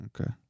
Okay